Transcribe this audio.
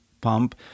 pump